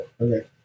Okay